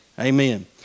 Amen